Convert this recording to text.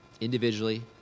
individually